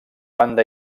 banda